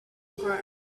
group